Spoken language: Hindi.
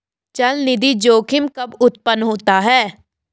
चलनिधि जोखिम कब उत्पन्न होता है?